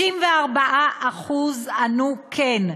64% ענו כן,